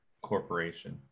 corporation